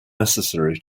necessary